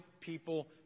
people